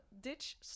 ditch